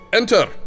enter